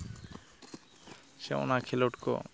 ᱥᱮ ᱚᱱᱟ ᱠᱷᱮᱞᱳᱰ ᱠᱚ